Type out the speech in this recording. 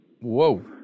whoa